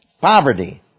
poverty